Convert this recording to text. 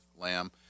lamb